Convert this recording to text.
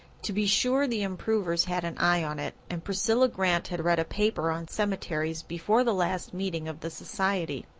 to be sure, the improvers had an eye on it, and priscilla grant had read a paper on cemeteries before the last meeting of the society.